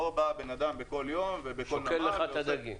לא בא אדם בכל יום ובכל נמל ושוקל ארגזים.